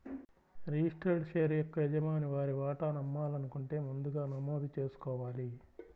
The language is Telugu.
రిజిస్టర్డ్ షేర్ యొక్క యజమాని వారి వాటాను అమ్మాలనుకుంటే ముందుగా నమోదు చేసుకోవాలి